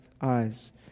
eyes